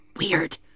weird